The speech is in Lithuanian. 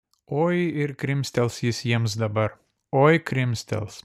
oi ir krimstels jis jiems dabar oi krimstels